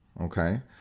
Okay